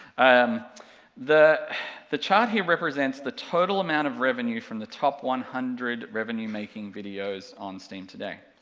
um the the chart here represents the total amount of revenue from the top one hundred revenue-making videos on steam today.